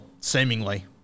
seemingly